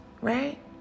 right